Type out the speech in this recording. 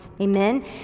Amen